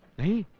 me